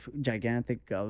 gigantic